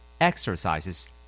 Exercises